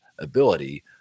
ability